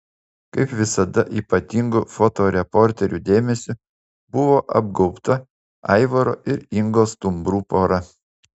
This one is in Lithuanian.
kaip visada ypatingu fotoreporterių dėmesiu buvo apgaubta aivaro ir ingos stumbrų pora